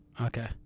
Okay